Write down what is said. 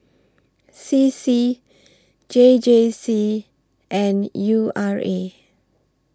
C C J J C and U R A